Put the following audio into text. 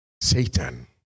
Satan